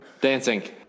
Dancing